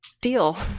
deal